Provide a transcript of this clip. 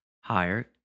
higher